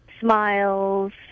smiles